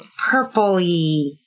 purpley